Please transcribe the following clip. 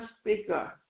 speaker